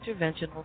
interventional